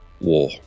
war